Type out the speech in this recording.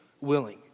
willing